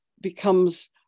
becomes